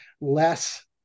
less